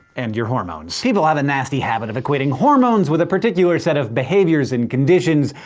and your hormones. people have a nasty habit of equating hormones with a particular set of behaviors and conditions,